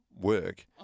work